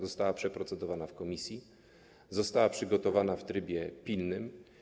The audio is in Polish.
Została ona przeprocedowana w komisji, a była przygotowana w trybie pilnym.